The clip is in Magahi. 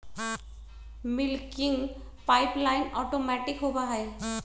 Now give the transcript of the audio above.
मिल्किंग पाइपलाइन ऑटोमैटिक होबा हई